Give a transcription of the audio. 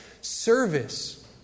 Service